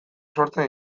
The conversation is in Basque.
sortzen